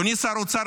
אדוני שר האוצר,